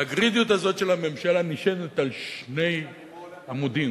והגרידיות הזאת של הממשלה נשענת על שני עמודים,